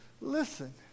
Listen